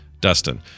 Dustin